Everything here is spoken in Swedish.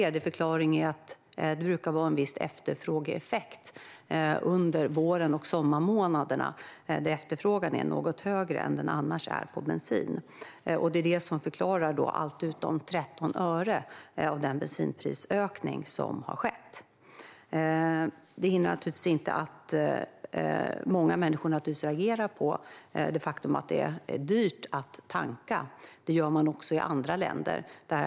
En tredje förklaring är att det brukar bli en viss efterfrågeeffekt under vår och sommarmånaderna. Efterfrågan på bensin är då något högre än den är annars. Det förklarar allt detta förutom 13 öre av den bensinprisökning som har skett. Det hindrar naturligtvis inte att många människor reagerar på det faktum att det är dyrt att tanka. Det gör man även i andra länder.